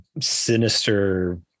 sinister